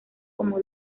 como